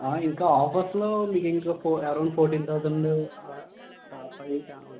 ఇంకా ఆఫర్స్లో మీకు ఇంకా ఫోర్ అరౌండ్ ఫోర్టీన్ థౌసండ్ అలా ఆ పై చాలా ఉంటుంది అండి